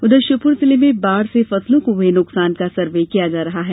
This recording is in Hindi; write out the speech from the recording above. उधर श्योपुर जिले में बाढ़ से फसलों को हुए नुकसान का सर्वे किया जा रहा है